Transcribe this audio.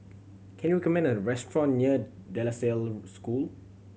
can you recommend a restaurant near De La Salle School